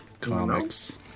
Comics